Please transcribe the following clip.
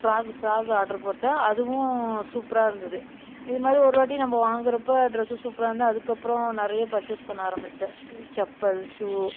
frock frock order போட்டேன் அதுவும் சூப்பராக இருந்தது இதுமாதிரி ஒரு வாட்டி நம்ம வாங்குகிறப்ப ட்ரெஸ்ஸு சூப்பராக இருந்து அதுக்கப்புறம் நிறைய பர்ச்சஸ் பண்ண ஆரமிச்சேன் இது செப்பல் ஷூ